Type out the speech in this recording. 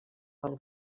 del